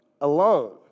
alone